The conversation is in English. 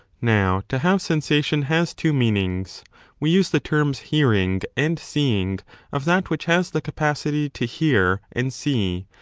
now to have sensation has two meanings we use the terms hearing and seeing of that which has the capacity to hear and see,